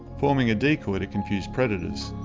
forming a decoy to confuse predators.